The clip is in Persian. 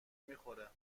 میخوره